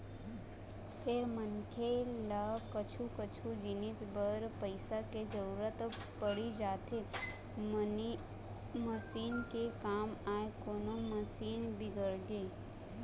फेर मनखे ल कछु कछु जिनिस बर पइसा के जरुरत पड़ी जाथे मसीन के काम आय कोनो मशीन बिगड़गे